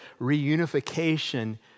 reunification